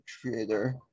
creator